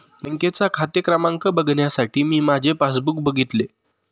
बँकेचा खाते क्रमांक बघण्यासाठी मी माझे पासबुक बघितले